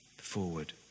forward